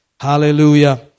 Hallelujah